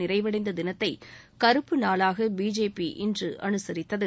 நிறைவடைந்த தினத்தை கருப்பு நாளாக பிஜேபி இன்று அனுசித்தது